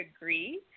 agree